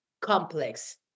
complex